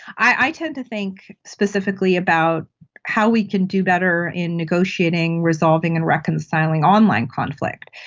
i tend to think specifically about how we can do better in negotiating, resolving and reconciling online conflict.